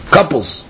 Couples